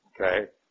Okay